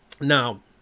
Now